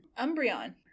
Umbreon